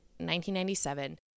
1997